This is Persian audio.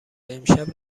امشب